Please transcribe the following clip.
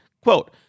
Quote